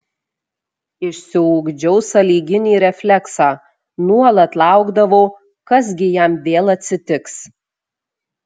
išsiugdžiau sąlyginį refleksą nuolat laukdavau kas gi jam vėl atsitiks